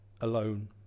alone